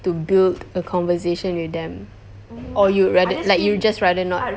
to build a conversation with them or you rather like you just rather not